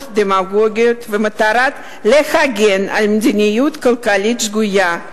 דמגוגיות במטרה להגן על מדיניות כלכלית שגויה,